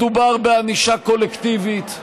לא מדובר בענישה קולקטיבית.